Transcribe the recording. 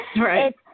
right